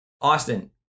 Austin